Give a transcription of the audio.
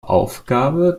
aufgabe